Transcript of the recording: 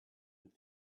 and